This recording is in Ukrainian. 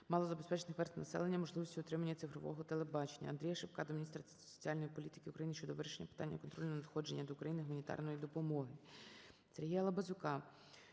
малозабезпечених верств населення можливістю отримання цифрового телебачення. АндріяШипка до міністра соціальної політики України щодо вирішення питання контролю надходження до України гуманітарної допомоги. СергіяЛабазюка